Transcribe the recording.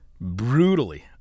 brutally